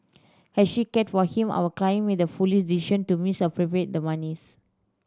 as she cared for him our client made the foolish decision to misappropriate the monies